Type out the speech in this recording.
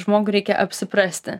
žmogui reikia apsiprasti